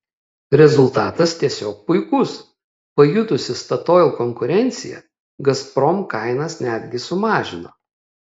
rezultatas tiesiog puikus pajutusi statoil konkurenciją gazprom kainas netgi sumažino